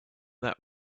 that